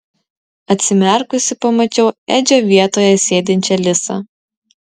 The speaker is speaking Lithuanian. atsimerkusi pamačiau edžio vietoje sėdinčią lisą